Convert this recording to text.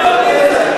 למה להוריד את זה?